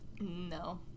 No